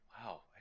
Wow